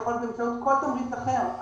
ויכול באמצעות כל תמריץ אחר.